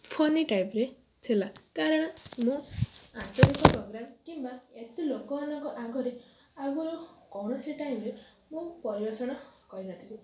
ଫନି ଟାଇପରେ ଥିଲା କାରଣ ମୁଁ ଆଞ୍ଚଳିକ ପ୍ରୋଗ୍ରାମ କିମ୍ବା ଏତେ ଲୋକମାନଙ୍କ ଆଗରେ ଆଗରୁ କୌଣସି ଟାଇମରେ ମୁଁ ପରିବେଷଣ କରିନଥିଲି